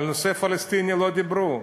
על הנושא הפלסטיני לא דיברו.